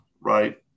right